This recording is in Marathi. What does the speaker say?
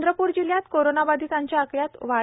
चंद्रपूर जिल्ह्यात कोरोना बधितांच्या आकड्यात वाढ